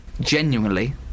genuinely